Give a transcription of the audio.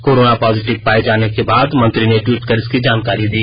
corona positive पाये जाने के बाद मंत्री ने ट्वीट कर इसकी जानकारी दी